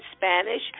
Spanish